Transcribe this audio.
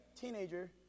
teenager